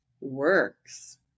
works